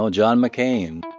um john mccain.